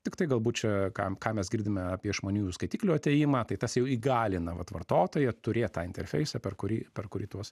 tiktai galbūt čia kam ką mes girdime apie išmaniųjų skaitiklių atėjimą tai tas jau įgalina vat vartotojui turėt tą interfeisą per kurį per kurį tuos